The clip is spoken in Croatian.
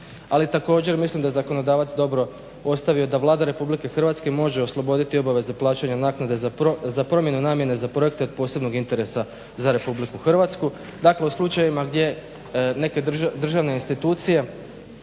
Ali također mislim da zakonodavac dobro ostavio da Vlada RH može osloboditi obaveza plaćanja naknada za promjenu namjene za projekte od posebnog interesa za RH dakle u slučajevima neke državne institucije